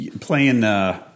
Playing